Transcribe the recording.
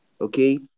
okay